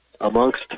amongst